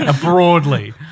broadly